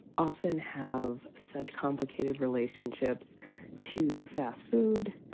often have such complicated relationships to fast food,